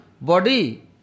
body